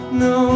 no